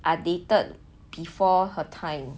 are dated before her time